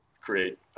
create